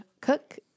Cook